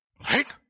Right